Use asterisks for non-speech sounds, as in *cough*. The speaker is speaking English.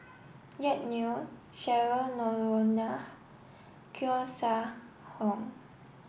Jack Neo Cheryl Noronha Koeh Sia *unintelligible*